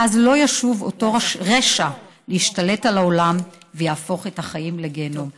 ואז לא ישוב אותו רשע להשתלט על העולם ויהפוך את החיים לגיהינום".